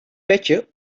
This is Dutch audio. petje